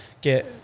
Get